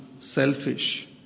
selfish